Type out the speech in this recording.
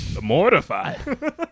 mortified